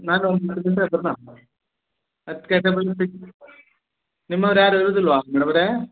ನಾನು ಹತ್ತು ಗಂಟೆ ಬಂದರೆ ಸಿಗು ನಿಮ್ಮವ್ರು ಯಾರೂ ಇರೋದಿಲ್ವಾ ಮೇಡಮವ್ರೆ